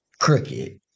crooked